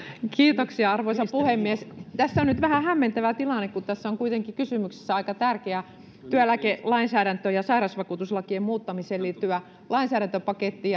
kiitoksia arvoisa puhemies tässä on nyt vähän hämmentävä tilanne kun tässä on kuitenkin kysymyksessä aika tärkeä työeläkelainsäädäntö ja sairausvakuutuslakien muuttamiseen liittyvä lainsäädäntöpaketti